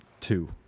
two